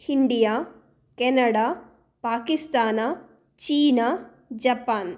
India Canada Pakistan China Japan